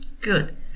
Good